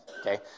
okay